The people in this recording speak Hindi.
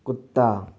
कुत्ता